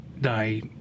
die